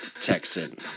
Texan